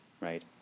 right